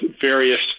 various